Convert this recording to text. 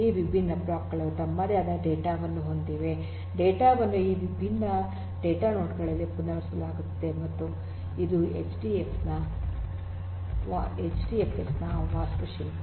ಈ ವಿಭಿನ್ನ ಬ್ಲಾಕ್ ಗಳು ತಮ್ಮದೇ ಆದ ಡೇಟಾ ವನ್ನು ಹೊಂದಿವೆ ಡೇಟಾ ವನ್ನು ಈ ವಿಭಿನ್ನ ಡೇಟಾನೋಡ್ ಗಳಲ್ಲಿ ಪುನರಾವರ್ತಿಸಲಾಗುತ್ತದೆ ಮತ್ತು ಇದು ಎಚ್ಡಿಎಫ್ಎಸ್ ನ ವಾಸ್ತುಶಿಲ್ಪ